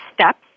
steps